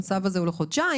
הצו הזה הוא לחודשיים.